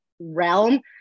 realm